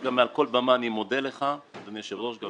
ומעל כל במה אני מודה לך אדוני היושב-ראש.